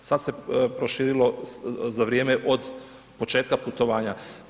Sada se proširilo za vrijeme od početka putovanja.